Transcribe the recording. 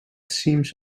seems